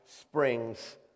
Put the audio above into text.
springs